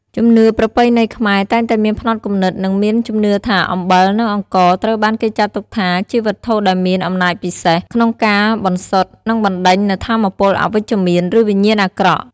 ជំនឿប្រពៃណីខ្មែរតែងតែមានផ្នត់គំនិត និងមានជំនឿថា អំបិល និងអង្ករ ត្រូវបានគេចាត់ទុកថាជាវត្ថុដែលមាន អំណាចពិសេស ក្នុងការ បន្សុទ្ធ និងបណ្ដេញនូវថាមពលអវិជ្ជមាន ឬវិញ្ញាណអាក្រក់។